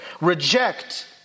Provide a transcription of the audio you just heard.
reject